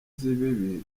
z’ibibi